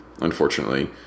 unfortunately